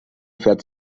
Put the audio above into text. fährt